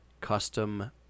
custom